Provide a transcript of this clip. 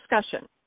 discussion